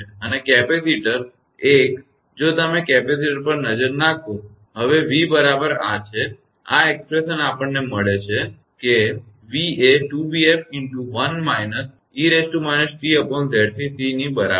અને કેપેસિટર એક જો તમે કેપેસિટર પર નજર નાખો હવે v બરાબર આ છે આ અભિવ્યક્તિ આપણને મળે છે ત v એ 2𝑣𝑓1−𝑒−𝑡𝑍𝑐𝐶 ની બરાબર છે